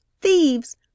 Thieves